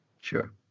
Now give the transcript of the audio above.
Sure